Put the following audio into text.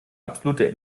absolute